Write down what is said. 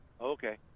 Okay